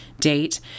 date